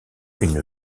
une